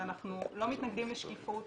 שאנחנו לא מתנגדים לשקיפות